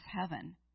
heaven